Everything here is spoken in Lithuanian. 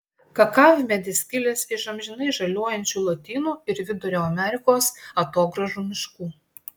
kakavmedis kilęs iš amžinai žaliuojančių lotynų ir vidurio amerikos atogrąžų miškų